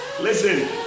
listen